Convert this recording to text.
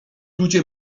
ludzie